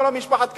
ולא משפחת כחלון.